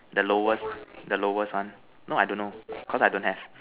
the lowest the lowest one no I don't know because I don't have